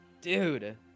Dude